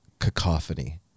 cacophony